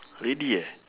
lady eh